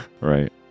Right